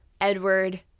Edward